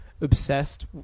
obsessed